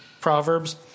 Proverbs